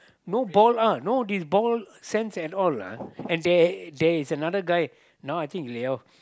no ball uh no this ball sense at all lah and there there is another guy now I think they all